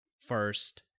first